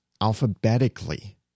alphabetically